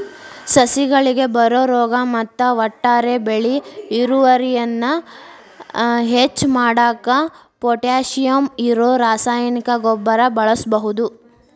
ಸಸಿಗಳಿಗೆ ಬರೋ ರೋಗ ಮತ್ತ ಒಟ್ಟಾರೆ ಬೆಳಿ ಇಳುವರಿಯನ್ನ ಹೆಚ್ಚ್ ಮಾಡಾಕ ಪೊಟ್ಯಾಶಿಯಂ ಇರೋ ರಾಸಾಯನಿಕ ಗೊಬ್ಬರ ಬಳಸ್ಬಹುದು